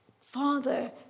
Father